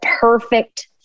perfect